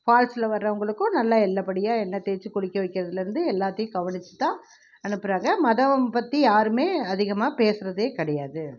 ஃபால்ஸில் வர்றவங்களுக்கும் நல்லா எல்லாபடியாக எண்ணெய் தேய்ச்சி குளிக்க வெக்கிறதுலேருந்து எல்லாத்தையும் கவனித்துதான் அனுப்புகிறாங்க மதம் பற்றி யாருமே அதிகமாக பேசறதே கிடையாது